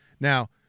Now